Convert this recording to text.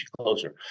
closer